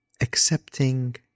accepting